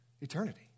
eternity